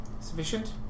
Sufficient